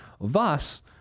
thus